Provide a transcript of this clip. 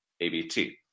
ABT